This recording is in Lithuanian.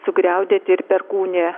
sugriaudėti ir perkūnija